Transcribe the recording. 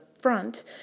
front